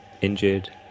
injured